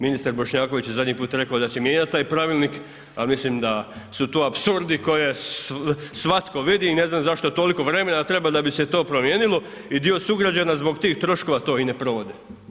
Ministar Bošnjaković je zadnji put rekao da će mijenjati taj pravilnik ali mislim da su to apsurdi koje svatko vidi i ne znam zašto toliko vremena treba da bi se to promijenilo i dio sugrađana zbog tih troškova to i ne provode.